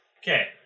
Okay